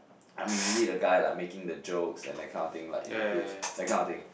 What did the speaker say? I'm usually the guy like making the jokes and that kind of thing like in the groups that kind of thing